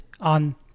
on